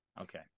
okay